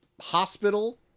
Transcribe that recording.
hospital